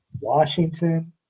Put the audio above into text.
Washington